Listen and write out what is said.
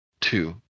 two